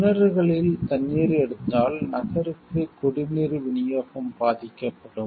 கிணறுகளில் தண்ணீர் எடுத்தால் நகருக்கு குடிநீர் வினியோகம் பாதிக்கப்படும்